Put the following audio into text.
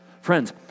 Friends